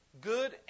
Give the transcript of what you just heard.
good